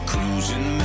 Cruising